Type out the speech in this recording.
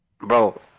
bro